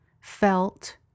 felt